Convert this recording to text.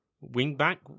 wing-back